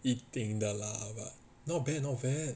一定的 lah not bad not bad